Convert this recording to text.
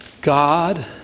God